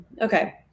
Okay